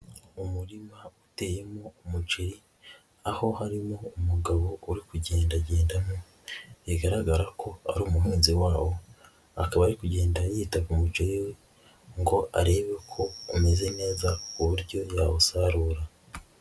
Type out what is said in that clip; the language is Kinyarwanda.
Umurima uteyemo umuceri aho harimo umugabo uri kugendagendamo bigaragara ko ari umuhinzi wawo, akaba ari kugenda yita ku muceri we ngo arebe ko umeze neza ku buryo yawusarura.